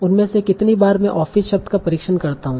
उनमें से कितनी बार मैं ऑफिस शब्द का निरीक्षण करता हूं